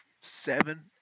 seven